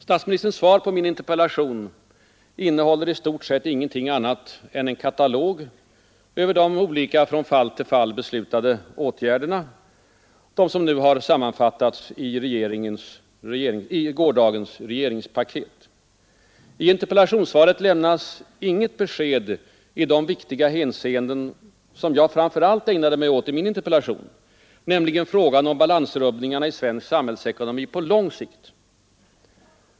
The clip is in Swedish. Statsministerns svar på min interpellation innehåller i stort sett ingenting annat än en katalog över de olika från fall till fall beslutade åtgärderna, som nu har sammanfattats i gårdagens regeringspaket. I interpellationssvaret lämnas inget besked i de viktiga hänseenden, som jag framför allt ägnade mig åt i min interpellation, nämligen frågan om balansrubbningarna i svensk samhällsekonomi på lång sikt.